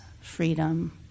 freedom